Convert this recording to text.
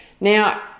Now